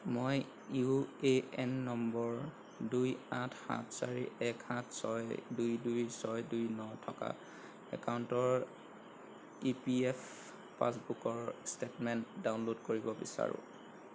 মই U A N নম্বৰ দুই আঠ সাত চাৰি এক সাত ছয় দুই দুই ছয় দুই ন থকা একাউণ্টৰ ই পি এফ অ' পাছবুকৰ ষ্টেটমেণ্ট ডাউনলোড কৰিব বিচাৰোঁ